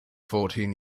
fourteen